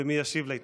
ומי ישיב להתנגדות.